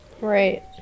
Right